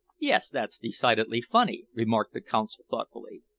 yes. that's decidedly funny, remarked the consul thoughtfully.